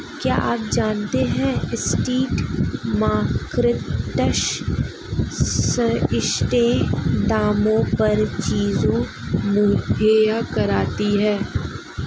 क्या आप जानते है स्ट्रीट मार्केट्स सस्ते दामों पर चीजें मुहैया कराती हैं?